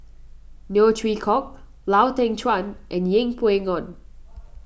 Neo Chwee Kok Lau Teng Chuan and Yeng Pway Ngon